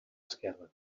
esquerra